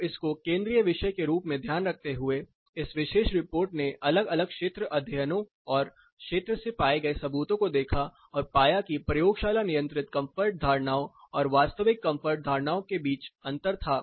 तो इसको केंद्रीय विषय के रूप में ध्यान में रखते हुए इस विशेष रिपोर्ट ने अलग अलग क्षेत्र अध्ययनों और क्षेत्र से पाए गए सबूतों को देखा और पाया कि प्रयोगशाला नियंत्रित कंफर्ट धारणाओं और वास्तविक कंफर्ट धारणाओं के बीच अंतर था